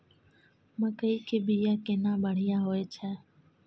मकई के बीया केना बढ़िया होय छै?